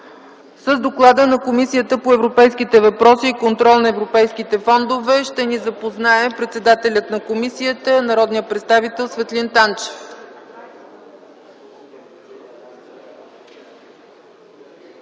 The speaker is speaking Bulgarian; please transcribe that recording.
становището на Комисията по европейските въпроси и контрол на европейските фондове ще ни запознае председателят на комисията народният представител Светлин Танчев.